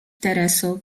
tereso